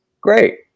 great